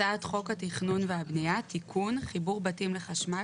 הצעת חוק התכנון והבנייה (תיקון חיבור בתים לחשמל),